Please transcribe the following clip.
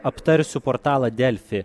aptarsiu portalą delfi